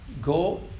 Go